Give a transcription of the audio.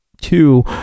two